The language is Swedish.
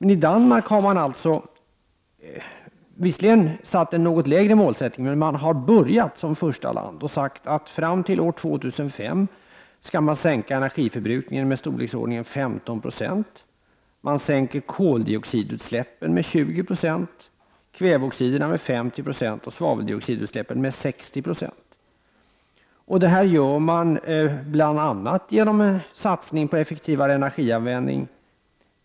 I Danmark har man visserligen en lägre målsättning, men man har som första land sagt att man fram till år 2005 skall minska energiförbrukningen med ungefär 15 96. Man minskar koldioxidutsläppen med 20 96, kväveoxidutsläppen med 50 96 och svaveldioxidutsläppen med 60 96. Detta gör man bl.a. genom en satsning på effektivare energianvändning.